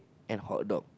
and hot dog